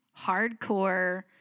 hardcore